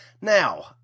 Now